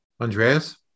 Andreas